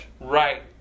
right